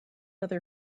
other